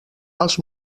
els